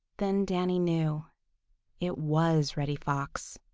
then danny knew it was reddy fox.